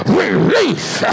release